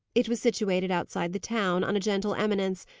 it was situated outside the town, on a gentle eminence,